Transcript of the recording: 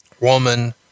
woman